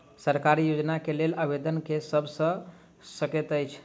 सरकारी योजना केँ लेल आवेदन केँ सब कऽ सकैत अछि?